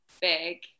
big